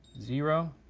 zero,